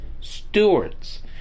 stewards